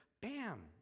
bam